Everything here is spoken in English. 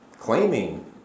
claiming